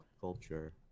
culture